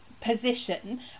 position